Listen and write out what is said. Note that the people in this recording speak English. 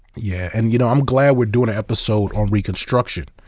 yeah, and you know i'm glad we're doing an episode on reconstruction,